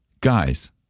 Guys